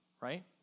right